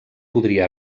podria